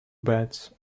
beds